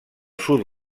sud